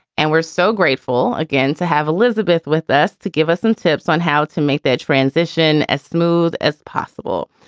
and we're so grateful, again, to have elizabeth with us to give us some and tips on how to make that transition as smooth as possible.